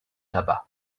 tabac